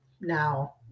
now